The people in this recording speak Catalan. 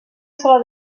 sola